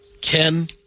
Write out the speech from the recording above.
Ken